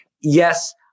Yes